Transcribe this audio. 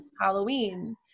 Halloween